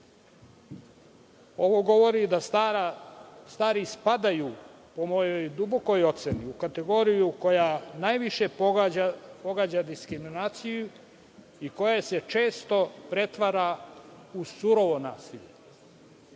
Ovo govori da stari spadaju po mojoj dubokoj oceni u kategoriju koja najviše pogađa diskriminaciju i koje se često pretvara u surovo nasilje. Sa